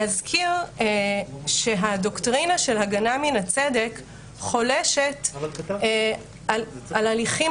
להזכיר שהדוקטרינה של הגנה מן הצדק חולשת על הליכים